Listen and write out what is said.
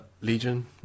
Legion